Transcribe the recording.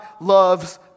loves